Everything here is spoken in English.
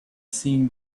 seen